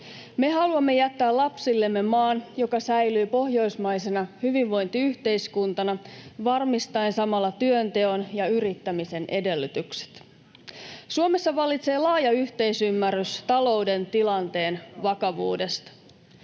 Me haluamme jättää lapsillemme maan, joka säilyy pohjoismaisena hyvinvointiyhteiskuntana, varmistaen samalla työnteon ja yrittämisen edellytykset. Suomessa vallitsee laaja yhteisymmärrys talouden tilanteen vakavuudesta.